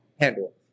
handle